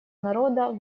народа